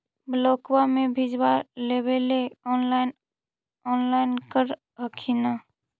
ब्लोक्बा से बिजबा लेबेले ऑनलाइन ऑनलाईन कर हखिन न?